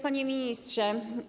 Panie Ministrze!